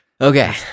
Okay